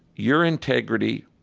your integrity,